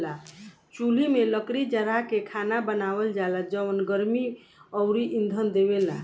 चुल्हि में लकड़ी जारा के खाना बनावल जाला जवन गर्मी अउरी इंधन देवेला